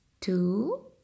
two